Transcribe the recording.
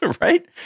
Right